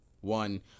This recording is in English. one